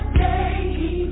day